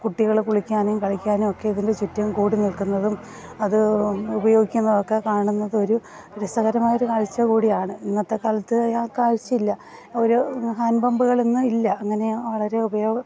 കുട്ടികൾ കുളിക്കാനും കളിക്കാനുമൊക്കെ ഇതിന്റെ ചുറ്റും കൂടിനിൽക്കുന്നതും അത് ഉപയോഗിക്കുന്നതൊക്കെ കാണുന്നതൊരു രസകരമായൊരു കാഴ്ച്ച കൂടിയാണ് ഇന്നത്തെ കാലത്ത് ആ കാഴ്ച്ചയില്ല ഒരു ഹാൻഡ് പമ്പുകൾ ഇന്ന് ഇല്ല അങ്ങനെ വളരെ ഉപയോഗം